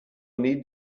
need